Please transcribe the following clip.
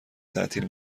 تعطیل